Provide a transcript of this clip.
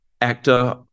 actor